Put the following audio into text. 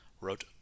wrote